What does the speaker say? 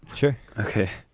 sure. okay,